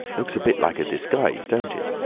looks a bit like a disguise, don't it?